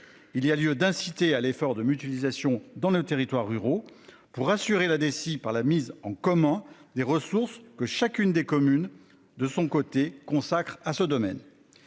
il y a lieu d'inciter à l'effort de mutualisation dans l'Ain territoires ruraux pour assurer la déci par la mise en commun des ressources que chacune des communes. De son côté consacre à ce domaine.